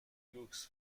لوکس